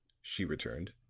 she returned.